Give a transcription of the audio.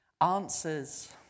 answers